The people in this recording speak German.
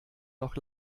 noch